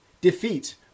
DEFEAT